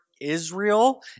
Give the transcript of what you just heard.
Israel